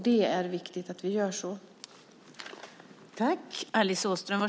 Det är viktigt att vi gör detta.